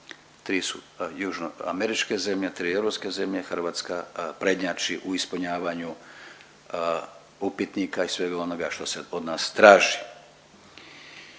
tri su južnoameričke zemlje, tri europske zemlje, Hrvatska prednjači u ispunjavanju upitnika i svega onoga što se od nas traži.